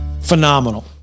phenomenal